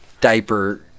diaper